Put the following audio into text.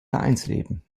vereinsleben